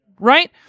right